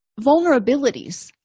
vulnerabilities